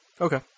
Okay